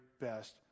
best